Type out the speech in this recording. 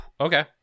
Okay